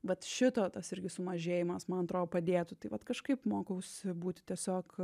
vat šito tas irgi sumažėjimas man atrodo padėtų tai vat kažkaip mokausi būti tiesiog